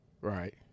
Right